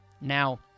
Now